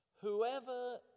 Whoever